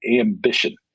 ambition